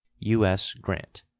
u s. grant.